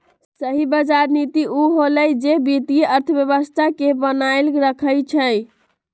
सही बजार नीति उ होअलई जे वित्तीय अर्थव्यवस्था के बनाएल रखई छई